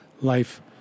life